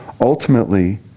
Ultimately